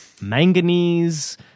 manganese